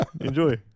enjoy